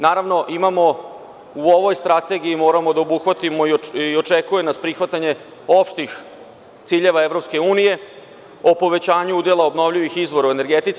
Naravno, u ovoj strategiji moramo da obuhvatimo i očekuje nas prihvatanje opštih ciljeva EU o povećanju udela obnovljivih izvora u energetici.